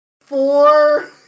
four